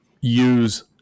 use